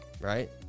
right